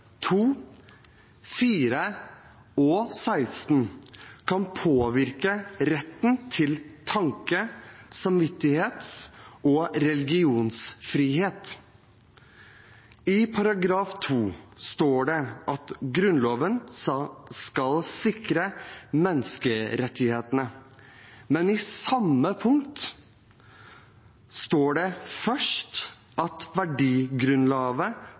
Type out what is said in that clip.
og 16 kan påvirke retten til tanke-, samvittighets- og religionsfrihet. I § 2 står det at Grunnloven skal sikre menneskerettighetene, men i samme punkt står det først at verdigrunnlaget